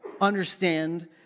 understand